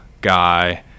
guy